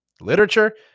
literature